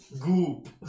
Goop